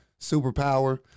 superpower